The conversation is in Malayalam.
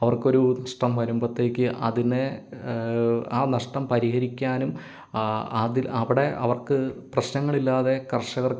അവർക്കൊരു നഷ്ടം വരുമ്പോഴത്തേക്കും അതിനെ ആ നഷ്ടം പരിഹരിക്കാനും ആ അതിൽ അവിടെ അവർക്ക് പ്രശ്നങ്ങളില്ലാതെ കർഷകരുടെ